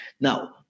Now